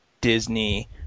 Disney